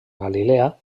galilea